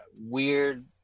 weird